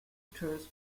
tours